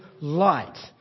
light